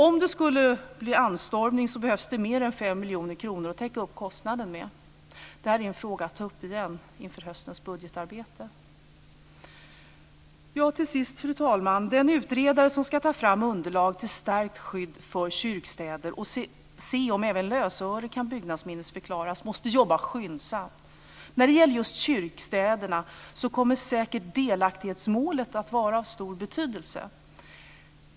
Om det skulle bli anstormning behövs det mer än 5 miljoner kronor att täcka kostnaden med. Det här är en fråga att ta upp igen inför höstens budgetarbete. Till sist, fru talman, vill jag säga att den utredare som ska ta fram underlag för ett beslut om starkt skydd för kyrkstäder och undersöka om även lösöre kan byggnadsminnesförklaras måste jobba skyndsamt. När det gäller just kyrkstäderna kommer säkert delaktighetsmålet att vara av stor betydelse.